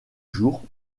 jours